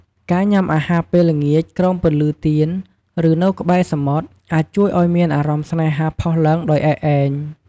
ការញ៉ាំអាហារពេលល្ងាចក្រោមពន្លឺទៀន ឬនៅក្បែរសមុទ្រ អាចជួយឱ្យមានអារម្មណ៍ស្នេហាផុសឡើងដោយឯកឯង។